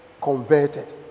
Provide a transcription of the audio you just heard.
converted